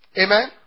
Amen